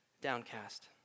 downcast